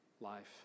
life